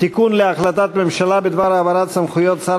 תיקון להחלטת ממשלה בדבר העברת סמכויות שר